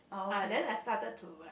ah then I started to like